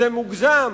זה מוגזם,